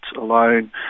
alone